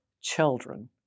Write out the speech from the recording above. children